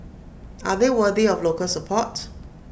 are they worthy of local support